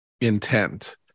intent